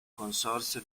consorzio